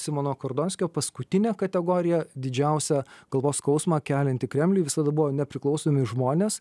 simono kordonskio paskutinė kategorija didžiausią galvos skausmą kelianti kremliui visada buvo nepriklausomi žmonės